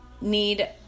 need